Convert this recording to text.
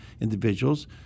individuals